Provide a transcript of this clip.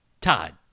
Todd